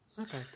Okay